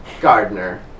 Gardner